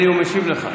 חתמת על החוק.